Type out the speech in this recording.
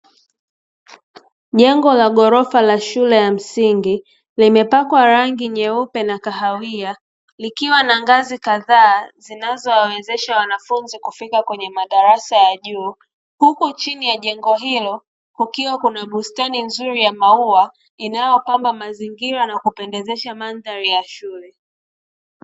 Jengo la ghorofa la shule ya msingi limepakwa rangi nyeupe na kahawia likiwa na ngazi kadhaa zinazowawezesha wanafunzi kufika kwenye madarasa yaa juu, huku chini ya jengo ilo kukiwa na bustani nzuri ya maua inayopamba mazingira na kupendezesha mandhari ya shule.